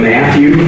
Matthew